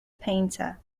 painter